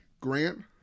Grant